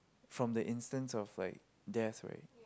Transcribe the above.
from the instance of like death right